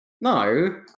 No